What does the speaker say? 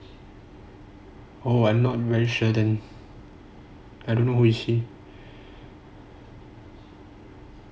oh I'm not very sure then I don't know who is he